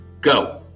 Go